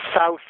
South